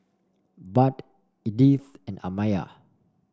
Budd Edythe and Amaya